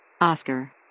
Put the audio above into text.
Oscar